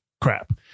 crap